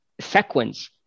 sequence